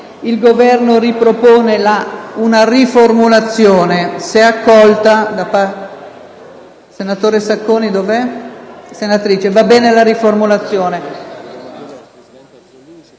Il Governo propone la riformulazione